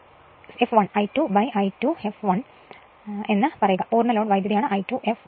അതിനാൽ I2I2 fl എന്ന് പറയുക I2 fl എന്നത് പൂർണ്ണ ലോഡ് വൈദ്യുതി ആണ്